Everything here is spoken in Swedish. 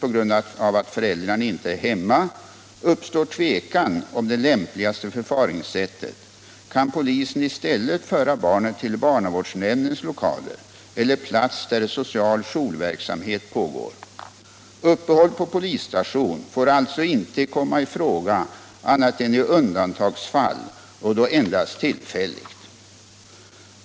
på grund av att föräldrarna inte är hemma — uppstår tvekan om det lämpligaste förfaringssättet, kan polisen i stället föra barnet till barnavårdsnämndens lokaler eller plats där social jourverksamhet pågår. Uppehåll på polisstation får alltså inte komma i fråga annat än i undantagsfall och då endast tillfälligt.